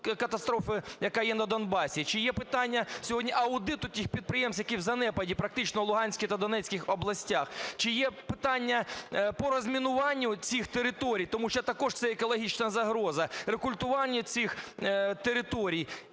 катастрофи, яка є на Донбасі, чи є питання сьогодні аудиту тих підприємств, які в занепаді практично в Луганській та Донецькій областях? Чи є питання по розмінуванню цих територій, тому що також це екологічна загроза, рекультивування цих територій?